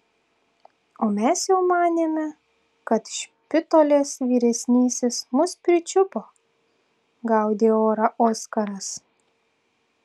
o mes jau manėme kad špitolės vyresnysis mus pričiupo gaudė orą oskaras